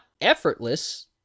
effortless